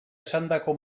esandako